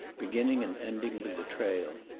beginning and ending with the trail.